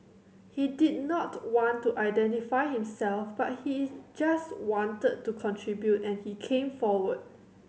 he did not want to identify himself but he just wanted to contribute and he came forward